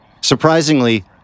Surprisingly